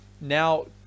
now